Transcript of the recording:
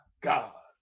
god